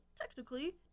technically